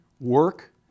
work